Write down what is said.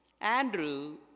Andrew